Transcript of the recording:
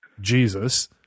Jesus